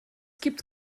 gibt